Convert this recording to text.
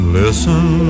listen